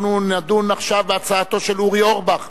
שהצעת חוק